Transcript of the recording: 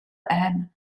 and